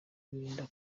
birinda